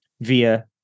via